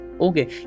okay